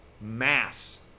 mass